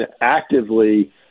actively